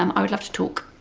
um i would love to talk.